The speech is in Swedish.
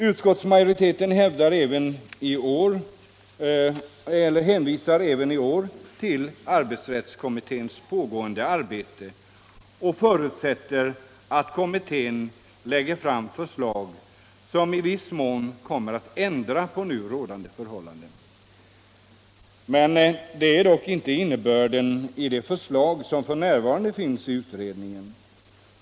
Utskottsmajoriteten hänvisar även i år till arbetsrättskommitténs pågående arbete och förutsätter att kommittén lägger fram förslag som i viss mån kommer att ändra på nu rådande förhållanden. Det är dock inte innebörden i det förslag som f.n. finns i utredningen.